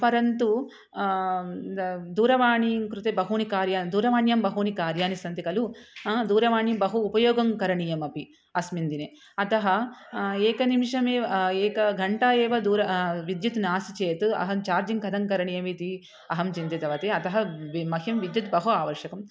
परन्तु द दूरवाणीं कृते बहुनि कार्याणि दूरवाण्यां बहुनि कार्याणि सन्ति खलु दूरवाणीं बहु उपयोगं करणीयमपि अस्मिन् दिने अतः एकनिमिषमेव एक घण्टा एव दूर विद्युत् नास्ति चेत् अहं चार्जिङ्ग् कथं करणीयमिति अहं चिन्तितवती अतः मह्यं विद्युत् बहु आवश्यकम्